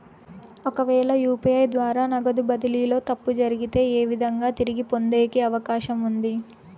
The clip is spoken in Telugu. ఒకవేల యు.పి.ఐ ద్వారా నగదు బదిలీలో తప్పు జరిగితే, ఏ విధంగా తిరిగి పొందేకి అవకాశం ఉంది?